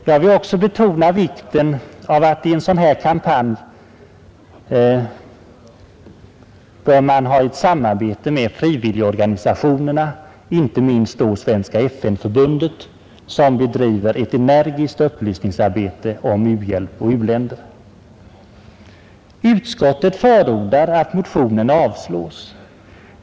Jag vill också betona vikten av att man i en sådan kampanj har ett samarbete med frivilligorganisationerna, inte minst då Svenska FN-förbundet, som bedriver ett energiskt upplysningsarbete om u-hjälp och u-länder. Utskottet förordar, att motionen avslås.